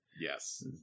Yes